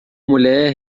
mulher